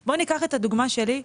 בוא ניקח את הדוגמה שלי.